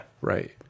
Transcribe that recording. Right